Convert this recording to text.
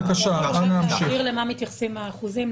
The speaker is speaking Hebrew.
אפשר להסביר למה מתייחסים האחוזים?